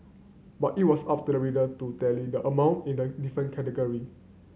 but it was up to the reader to tally the amount in the different category